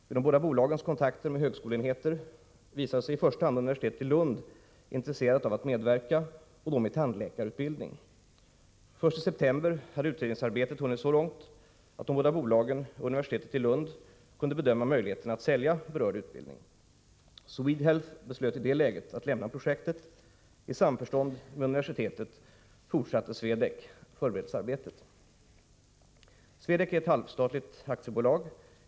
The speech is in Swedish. Vid de båda bolagens kontakter med högskoleenheter visade sig i första hand universitetet i Lund intresserat av att medverka och då med tandläkarutbildning. Först i september hade utredningsarbetet hunnit så långt att de båda bolagen och universitetet i Lund kunde bedöma möjligheterna att sälja berörd utbildning. Swedehealth beslöt i det läget att lämna projektet. I samförstånd med universitetet fortsatte Swedec förberedelsearbetet. Swedec är ett halvstatligt aktiebolag.